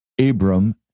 Abram